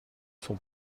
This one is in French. son